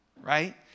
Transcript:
right